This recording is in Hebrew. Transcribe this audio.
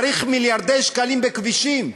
צריך מיליארדי שקלים בכבישים,